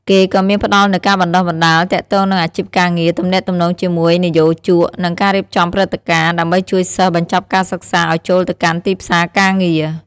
គេក៏មានផ្ដល់នូវការបណ្តុះបណ្ដាលទាក់ទងនឹងអាជីពការងារ ទំនាក់ទំនងជាមួយនិយោជក និងការរៀបចំព្រឹត្តិការណ៍ ដើម្បីជួយសិស្សបញ្ចប់ការសិក្សាឱ្យចូលទៅកាន់ទីផ្សារការងារ។